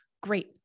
Great